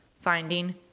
Finding